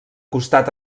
costat